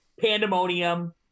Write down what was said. Pandemonium